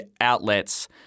outlets